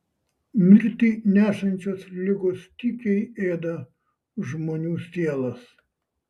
mirtį nešančios ligos tykiai ėda žmonių sielas